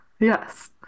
Yes